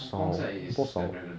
hong kong set is Snapdragon